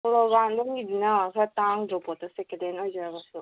polo ground ꯂꯣꯝꯒꯤꯗꯨꯅ ꯈꯔ ꯇꯥꯡꯗ꯭ꯔꯣ ꯄꯣꯠꯇꯣ ꯁꯦꯀꯦꯟꯍꯦꯟ ꯑꯣꯏꯖꯔꯒꯁꯨ